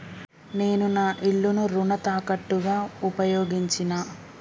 నేను నా ఇల్లును రుణ తాకట్టుగా ఉపయోగించినా